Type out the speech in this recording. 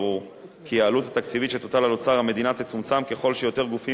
ברור כי העלות התקציבית שתוטל על אוצר המדינה תצומצם ככל שיותר גופים